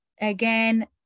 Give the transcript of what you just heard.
again